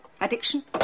addiction